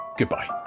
goodbye